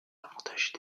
avantages